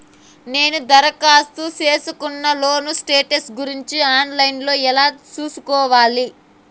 నేను దరఖాస్తు సేసుకున్న లోను స్టేటస్ గురించి ఆన్ లైను లో ఎలా సూసుకోవాలి?